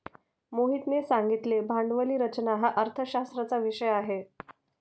मोहितने सांगितले भांडवली रचना हा अर्थशास्त्राचा विषय आहे